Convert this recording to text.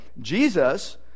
Jesus